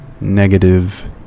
negative